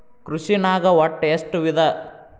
ಕೃಷಿನಾಗ್ ಒಟ್ಟ ಎಷ್ಟ ವಿಧ?